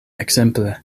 ekzemple